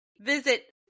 visit